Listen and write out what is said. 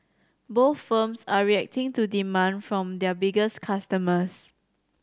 both firms are reacting to demand from their biggest customers